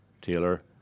Taylor